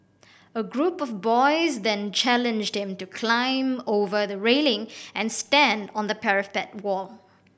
a group of boys then challenged him to climb over the railing and stand on the parapet